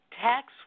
tax